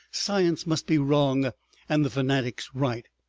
science must be wrong and the fanatics right.